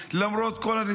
למרות כל הדיכוי,